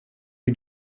lui